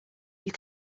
you